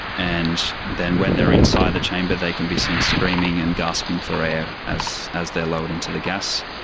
and then when they're inside the chamber they can be seen screaming and gasping for air as as they're lowered into the gas.